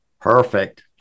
Perfect